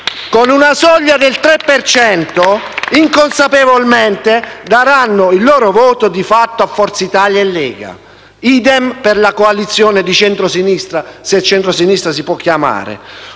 con la soglia del 3 per cento, inconsapevolmente, daranno il loro voto, di fatto, a Forza Italia e Lega. *Idem* per la coalizione di centrosinistra, se centrosinistra si può chiamare.